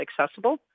accessible